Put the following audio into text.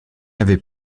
avait